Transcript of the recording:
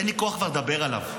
אין לי כוח כבר לדבר עליו.